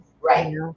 Right